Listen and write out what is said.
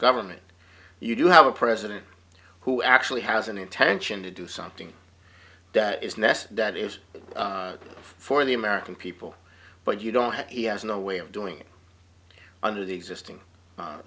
government you do have a president who actually has an intention to do something that is ness that is for the american people but you don't have he has no way of doing under the existing